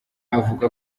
avuga